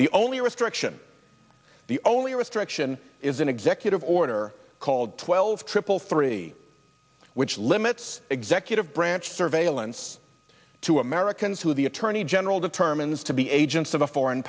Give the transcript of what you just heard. the only restriction the only restriction is an executive order called twelve triple three which limits executive branch surveillance to americans who the attorney general determines to be agents of a foreign